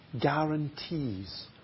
guarantees